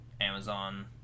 amazon